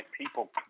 people